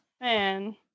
Man